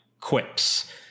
quips